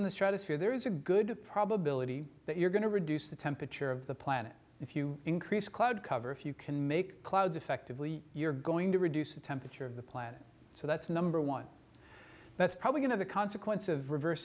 in the stratosphere there is a good probability that you're going to reduce the temperature of the planet if you increase cloud cover if you can make clouds effectively you're going to reduce the temperature of the planet so that's number one that's probably going to the consequence of revers